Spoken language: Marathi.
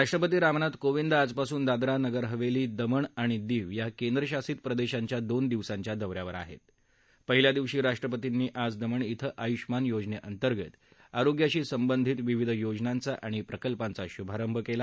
राष्ट्रपती रामनाथ कोविंद आजपासून दादरा नगर हवसी दमण आणि दीव या केंद्रशासित प्रदधीच्या दोन दिवसांच्या दौऱ्यावर आहृत्त पहिल्या दिवशी राष्ट्रपतींनी आज दमण क्विं आयुष्मान योजनक्विग्गत आरोग्याशी संबंधित विविध योजनांचा आणि प्रकल्पांचा शुभारंभ कला